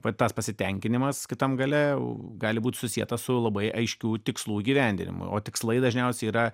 vat tas pasitenkinimas kitam gale gali būti susietas su labai aiškių tikslų įgyvendinimu o tikslai dažniausiai yra